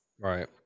Right